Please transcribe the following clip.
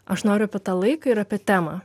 aš noriu apie tą laiką ir apie temą